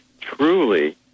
truly